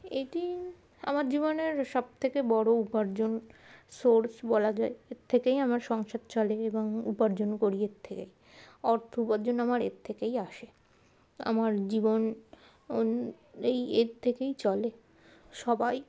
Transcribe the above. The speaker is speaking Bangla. এটি আমার জীবনের সবথেকে বড়ো উপার্জন সোর্স বলা যায় এর থেকেই আমার সংসার চলে এবং উপার্জন করি এর থেকেই অর্থ উপার্জন আমার এর থেকেই আসে আমার জীবন এর থেকেই চলে সবাই